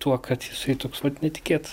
tuo kad jisai toks vat netikėtas